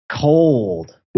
cold